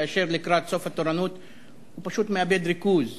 כאשר לקראת סוף התורנות הוא פשוט מאבד ריכוז,